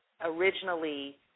originally